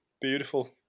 Beautiful